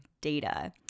data